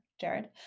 Jared